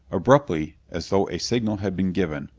abruptly, as though a signal had been given,